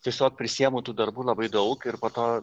tiesiog prisiimu tų darbų labai daug ir po to